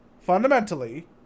fundamentally